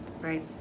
right